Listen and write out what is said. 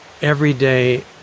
everyday